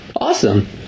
Awesome